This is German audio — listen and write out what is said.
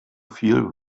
viel